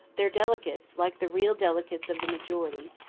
their delegates, like the real delegates of the majority,